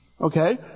Okay